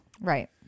Right